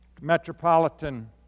metropolitan